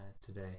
today